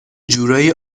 جورایی